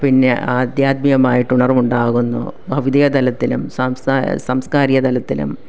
പിന്നെ ആധ്യാത്മികമായിട്ട് ഉണർവുണ്ടാകുന്നു ഭൗതിക തലത്തിലും സാംസ്കാരിക തലത്തിലും